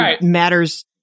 matters